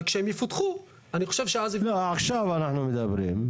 אבל כשהן יפותחו --- לא, עכשיו אנחנו מדברים.